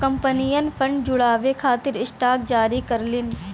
कंपनियन फंड जुटावे खातिर स्टॉक जारी करलीन